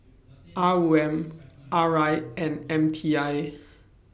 R O M R I and M T I